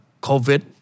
COVID